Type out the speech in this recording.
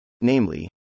Namely